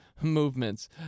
movements